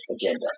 agenda